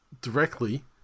directly